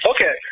Okay